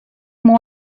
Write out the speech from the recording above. more